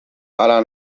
hala